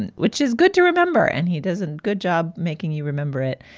and which is good to remember, and he doesn't. good job making you remember it.